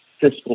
fiscal